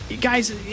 Guys